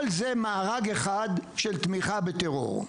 כל זה מארג אחד של תמיכה בטרור.